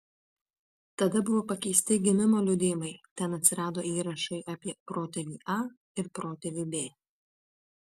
tada buvo pakeisti gimimo liudijimai ten atsirado įrašai apie protėvį a ir protėvį b